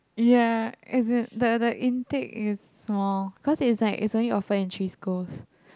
ya as in the the intake is small cause is like is only offered in three scores